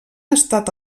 estat